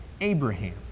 Abraham